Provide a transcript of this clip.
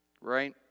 Right